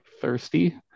thirsty